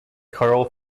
carl